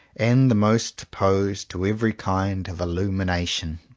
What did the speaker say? and the most opposed to every kind of illumination.